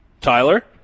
Tyler